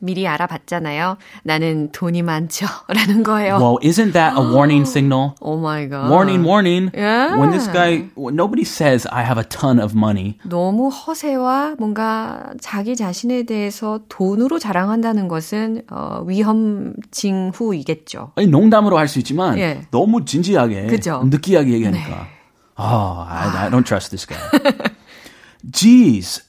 미리 알아봤잖아요. "나는 돈이 많죠."라는 거예요. Wow, well, isn't that a warning signal? Oh, oh my Warning, God. warning. When this guy- Yeah. when nobody says, "I have a ton of money." 너무 허세와 뭔가 자기 자신에 대해서 돈으로 자랑한다는 것은, 어, 위험 징후이겠죠. 아니, 농담으로 할 수 있지만 예. 너무 진지하게 그죠? 느끼하게 얘기하니까. 네. 아, I- I don't trust this guy. Jeez.